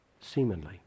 Seemingly